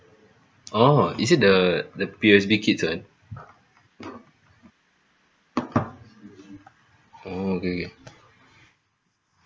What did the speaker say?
orh is it the the P_O_S_B kids one oh okay okay